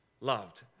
loved